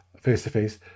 face-to-face